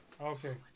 Okay